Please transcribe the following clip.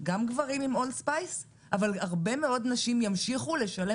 שגם גברים עם אולד ספייס אבל הרבה מאוד נשים ימשיכו לשלם